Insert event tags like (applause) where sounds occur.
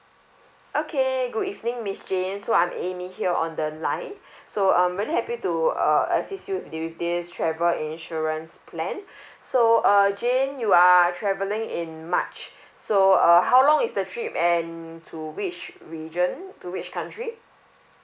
okay good evening miss jane so I'm amy here on the line (breath) so um very happy to uh assist you with this travel insurance plan (breath) so uh jane you are travelling in march (breath) so uh how long is the trip and to which region to which country